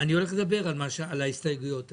אני הולך לדבר על ההסתייגויות האלה.